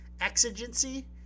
Exigency